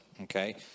okay